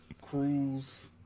Cruise